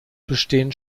bestehen